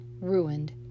ruined